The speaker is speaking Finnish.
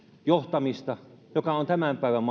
johtamista joka on tämän päivän